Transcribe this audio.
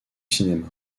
cinéma